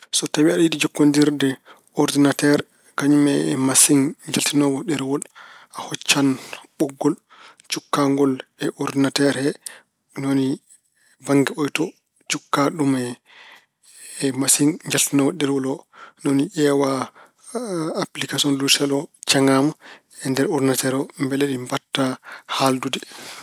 So tawi aɗa yiɗi jokkondirde ordinateer kañum e masiŋ jaltinoowo ɗerewol, a hoccan ɓoggol, cukkaa ngol e ordinateer he. Ni woni bannge oyto, cukka ɗum e masiŋ jaltinoowo ɗerewol o. Ni woni ƴeewa appilikasoŋ (loojisel) o, ceŋaa mo e nder ordinateer o mbele ɗi mbaɗta haaldude.